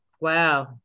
Wow